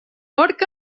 porc